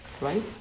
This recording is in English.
right